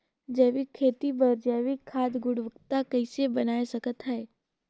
जैविक खेती बर जैविक खाद गुणवत्ता पूर्ण कइसे बनाय सकत हैं?